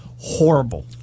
Horrible